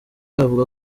avuga